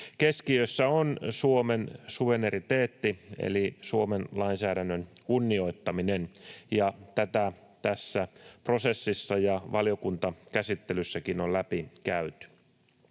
Keskiössä on Suomen suvereniteetti eli Suomen lainsäädännön kunnioittaminen, ja tätä tässä prosessissa ja valiokuntakäsittelyssäkin on läpi käyty.